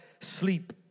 sleep